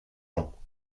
ans